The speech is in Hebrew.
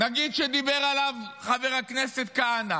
נגיד זה שדיבר עליו חבר הכנסת כהנא